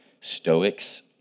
Stoics